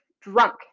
drunk